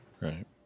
Right